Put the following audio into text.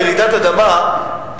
ברעידת אדמה,